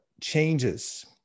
changes